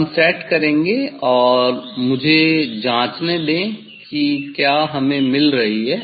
हम सेट करेंगे और मुझे जाँचने दें कि क्या हमें मिल रही है